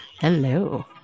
Hello